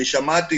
שמעתי